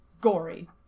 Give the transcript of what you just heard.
gory